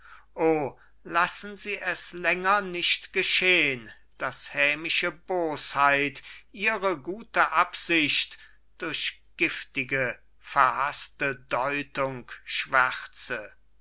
lassen sie es länger nicht geschehn daß hämische bosheit ihre gute absicht durch giftige verhaßte deutung schwärze